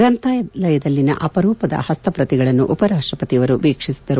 ಗ್ರಂಥಾಲಯದಲ್ಲಿನ ಅಪರೂಪದ ಹಸ್ತಪ್ರತಿಗಳನ್ನು ಉಪರಾಷ್ಟಪತಿಯವರು ವೀಕ್ಷಿಸಿದರು